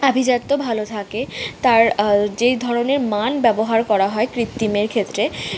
আভিজাত্য ভালো থাকে তার যেই ধরনের মান ব্যবহার করা হয় কৃত্তিমের ক্ষেত্রে